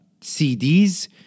CDs